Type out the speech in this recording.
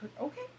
Okay